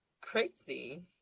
crazy